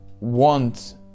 want